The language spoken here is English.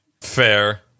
Fair